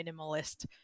minimalist